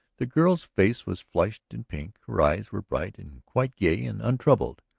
the girl's face was flushed and pink, her eyes were bright and quite gay and untroubled,